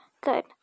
Good